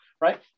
right